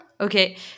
Okay